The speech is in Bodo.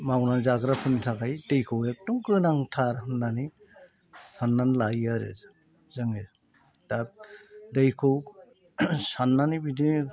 मावनानै जाग्राफोरनि थाखाय दैखौ एखदम गोनांथार होननानै साननानै लायो आरो जोङो दा दैखौ साननानै बिदिनो